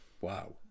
wow